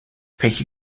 peki